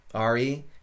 RE